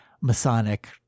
masonic